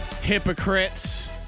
Hypocrites